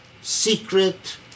secret